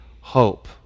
hope